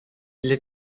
для